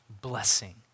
blessing